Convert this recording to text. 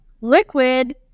liquid